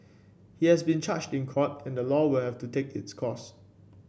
he has been charged in court and the law will have to take its course